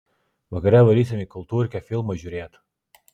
vakare varysim į kultūrkę filmo žiūrėt